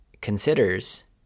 considers